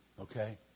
okay